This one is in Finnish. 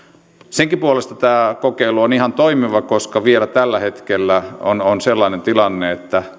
senkin puolesta tämä kokeilu on ihan toimiva että vielä tällä hetkellä on on sellainen tilanne että